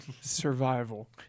Survival